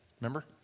Remember